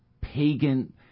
pagan